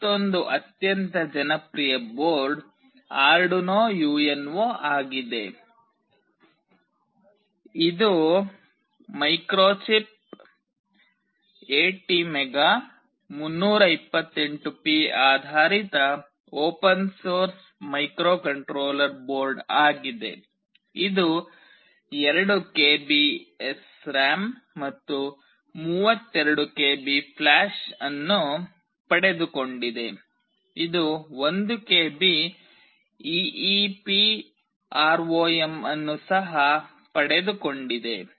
ಮತ್ತೊಂದು ಅತ್ಯಂತ ಜನಪ್ರಿಯ ಬೋರ್ಡ್ ಆರ್ಡುನೊ ಯುಎನ್ಒ ಆಗಿದೆ ಇದು ಮೈಕ್ರೋಚಿಪ್ ಎಟಿಮೆಗಾ 328ಪಿ ಆಧಾರಿತ ಓಪನ್ ಸೋರ್ಸ್ ಮೈಕ್ರೊಕಂಟ್ರೋಲರ್ ಬೋರ್ಡ್ ಆಗಿದೆ ಇದು 2 KB SRAM ಮತ್ತು 32 KB ಫ್ಲ್ಯಾಷ್ ಅನ್ನು ಪಡೆದುಕೊಂಡಿದೆ ಇದು 1 KB EEPROM ಅನ್ನು ಸಹ ಪಡೆದುಕೊಂಡಿದೆ